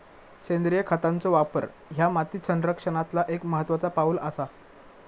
सेंद्रिय खतांचो वापर ह्या माती संरक्षणातला एक महत्त्वाचा पाऊल आसा